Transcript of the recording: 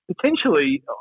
potentially